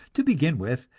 to begin with,